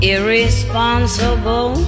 Irresponsible